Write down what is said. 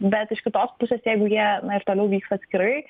bet iš kitos pusės jeigu jie ir toliau vyks atskirai